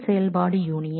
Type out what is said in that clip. selection operation union